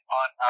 on